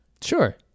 sure